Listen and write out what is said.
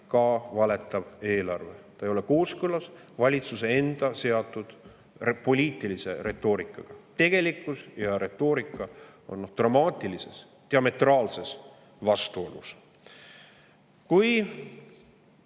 valetavaks eelarveks. See ei ole kooskõlas valitsuse enda seatud poliitilise retoorikaga. Tegelikkus ja retoorika on dramaatilises, diametraalses vastuolus. Meie